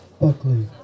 Buckley